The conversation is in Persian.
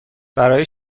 برای